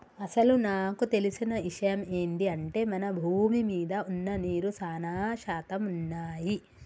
అసలు నాకు తెలిసిన ఇషయమ్ ఏంది అంటే మన భూమి మీద వున్న నీరు సానా శాతం వున్నయ్యి